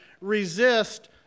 resist